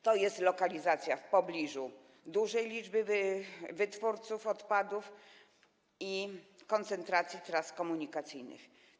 To jest lokalizacja w pobliżu dużej liczby wytwórców odpadów i koncentracji tras komunikacyjnych.